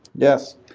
yes.